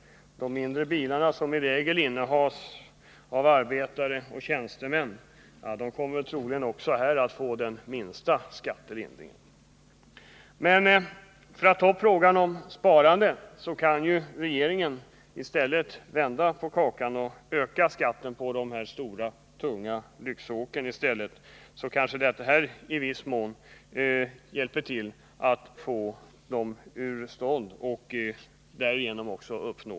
De mindre bilarna — som i regel innehas av arbetare och tjänstemän — kommer troligen också här att få den minsta skattelindringen. Men för att uppnå spareffekt kan ju regeringen i stället vända på kakan och öka skatten på de stora tunga lyxåken. Detta kanske i viss mån hjälper till att få bort dem.